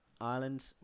Ireland